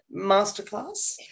masterclass